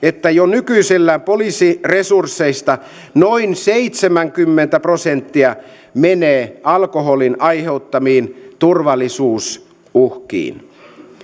että jo nykyisellään poliisin resursseista noin seitsemänkymmentä prosenttia menee alkoholin aiheuttamiin turvallisuusuhkiin